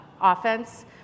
offense